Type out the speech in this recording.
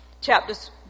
chapters